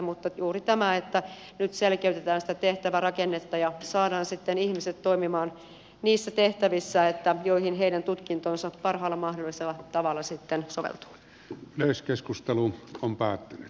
mutta nyt selkeytetään sitä tehtävärakennetta ja saadaan sitten ihmiset toimimaan niissä tehtävissä joihin heidän tutkintonsa parhaalla mahdollisella tavalla sitten soveltaa myös keskustelu on päättynyt